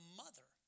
mother